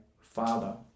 father